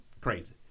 crazy